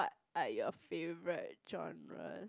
are your favourite genres